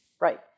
right